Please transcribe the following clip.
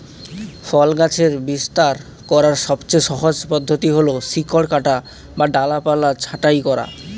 ফল গাছের বিস্তার করার সবচেয়ে সহজ পদ্ধতি হল শিকড় কাটা বা ডালপালা ছাঁটাই করা